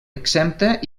exempta